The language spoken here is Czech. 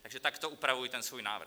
Takže takto upravuji ten svůj návrh.